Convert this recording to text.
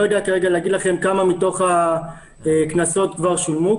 יודע להגיד לכם כרגע כמה מתוך הקנסות כבר שולמו.